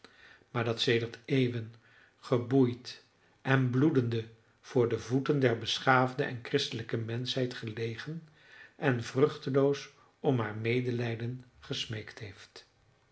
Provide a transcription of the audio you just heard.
maar dat sedert eeuwen geboeid en bloedende voor de voeten der beschaafde en christelijke menschheid gelegen en vruchteloos om haar medelijden gesmeekt heeft